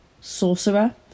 Sorcerer